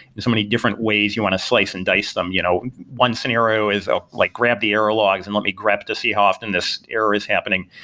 so many different ways you want to slice and dice them. you know one scenario is ah like grab the error logs and let me grab to see how often this error is happening,